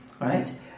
right